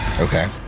okay